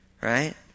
Right